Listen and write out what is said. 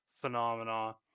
phenomena